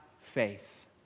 faith